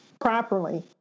properly